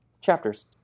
chapters